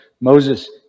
Moses